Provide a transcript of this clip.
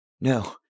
No